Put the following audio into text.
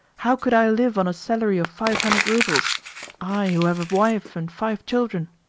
how could i live on a salary of five hundred roubles i who have a wife and five children?